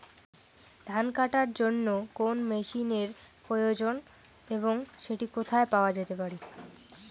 ধান কাটার জন্য কোন মেশিনের প্রয়োজন এবং সেটি কোথায় পাওয়া যেতে পারে?